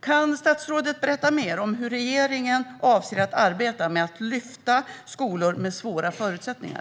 Kan statsrådet berätta mer om hur regeringen avser att arbeta med att lyfta skolor med svåra förutsättningar?